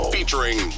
Featuring